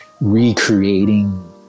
recreating